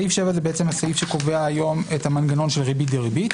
סעיף 7 זה בעצם הסעיף שקובע היום את המנגנון של ריבית דריבית.